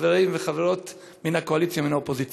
חברים וחברות מן הקואליציה ומן האופוזיציה,